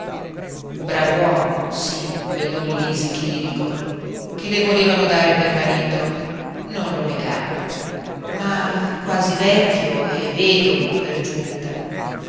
canto brav'uomo sì quel don lisi chìrico che le volevano dare per marito non lo negava ma quasi vecchio e vedovo per giunta